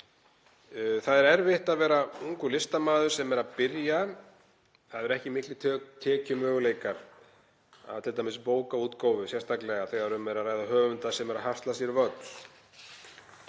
Það er erfitt að vera ungur listamaður sem er að byrja. Það eru ekki miklir tekjumöguleikar af t.d. bókaútgáfu, sérstaklega þegar um er að ræða höfunda sem eru að hasla sér völl.